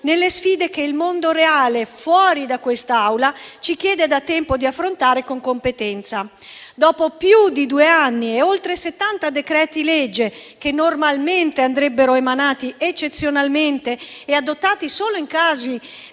nelle sfide che il mondo reale, fuori da quest'Aula, ci chiede da tempo di affrontare con competenza. Dopo più di due anni e oltre 70 decreti-legge che normalmente andrebbero emanati eccezionalmente e adottati solo in casi